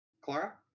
Clara